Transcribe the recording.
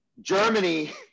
Germany